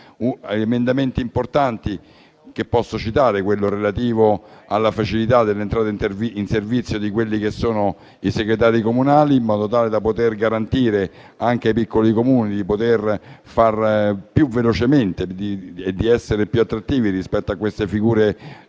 gli emendamenti importanti che posso citare, uno è quello relativo alla facilità dell'entrata in servizio dei segretari comunali, in modo tale da garantire, anche ai piccoli Comuni, di fare più velocemente e di essere più attrattivi rispetto a queste figure professionali,